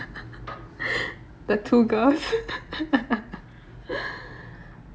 the two girls